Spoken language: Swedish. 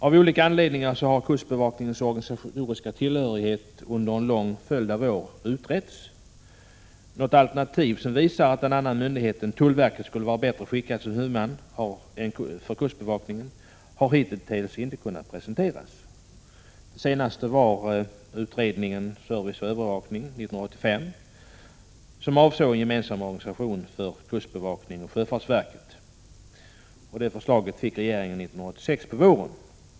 Av olika anledningar har kustbevakningens organisatoriska tillhörighet utretts under en lång följd av år. Något skäl för att en annan myndighet än tullverket skulle vara bättre skickad som huvudman för kustbevakningen har hittintills inte kunna presenteras. Den senaste utredningen Service och övervakning 1985 avsåg en gemensam organisation för kustbevakningen och sjöfartsverket. Regeringen fick det förslaget våren 1986.